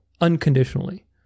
unconditionally